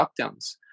lockdowns